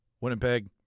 Winnipeg